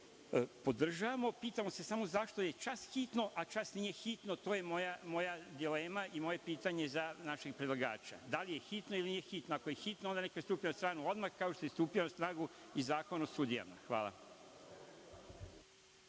podržavamo, pitamo se samo zašto je čas hitno, a čas nije hitno, to je moja dilema i moje pitanje za našeg predlagača. Da li je hitno ili nije hitno? Ako je hitno neka stupi na snagu odmah, kao što je stupio na snagu i Zakon o sudijama.